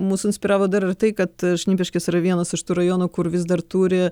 mus inspiravo dar ir tai kad šnipiškės yra vienas iš tų rajonų kur vis dar turi